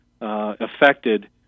affected